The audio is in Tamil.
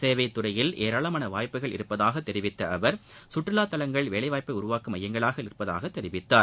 சேவை துறையில் ஏராளமான வாய்ப்புகள் உள்ளதாக தெரிவித்த அவர் கற்றுலாதலங்கள் வேலைவாய்ப்பை உருவாக்கும் மையங்களாக உள்ளதாக தெரிவித்தார்